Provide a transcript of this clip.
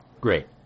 Great